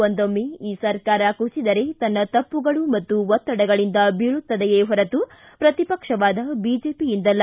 ಒಂದೊಮ್ಮೆ ಈ ಸರ್ಕಾರ ಕುಸಿದರೆ ತನ್ನ ತಪ್ಪುಗಳು ಮತ್ತು ಒತ್ತಡಗಳಿಂದ ಬೀಳುತ್ತದೆಯೇ ಹೊರತು ಪ್ರತಿ ಪಕ್ಷವಾದ ಬಿಜೆಪಿಯಿಂದಲ್ಲ